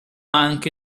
anche